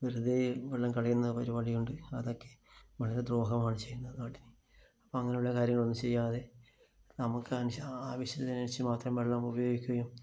വെറുതെ വെള്ളം കളയുന്ന പരിപാടിയുണ്ട് അതൊക്കെ വളരെ ദ്രോഹമാണ് ചെയ്യുന്നത് നാടിന് അപ്പോള് അങ്ങനെയുള്ള കാര്യങ്ങളൊന്നും ചെയ്യാതെ നമുക്ക് ആവശ്യത്തിനനുസരിച്ച് മാത്രം വെള്ളം ഉപയോഗിക്കുകയും